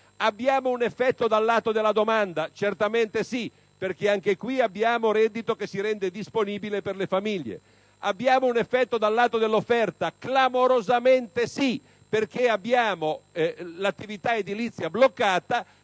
Abbiamo un effetto dal lato della domanda? Certamente sì, perché anche qui abbiamo reddito che si rende disponibile per le famiglie. Abbiamo un effetto dal lato dell'offerta? Clamorosamente sì, perché l'attività edilizia, che è bloccata,